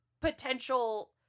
potential